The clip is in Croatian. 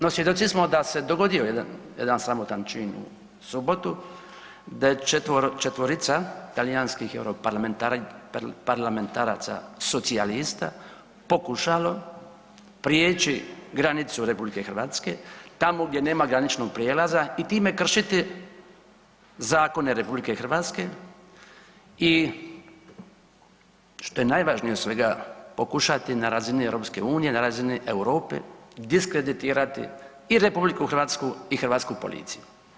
No svjedoci smo da se dogodio jedan, jedan sramotan čin u subotu, da je 4-ica talijanskih europarlamentaraca socijalista pokušalo prijeći granicu RH tamo gdje nema graničnog prijelaza i time kršiti zakone RH i što je najvažnije od svega pokušati na razini EU, na razini Europe diskreditirati i RH i hrvatsku policiju.